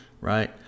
right